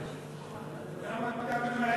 למה אתה ממהר,